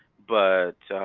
but